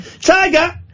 Tiger